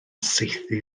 saethu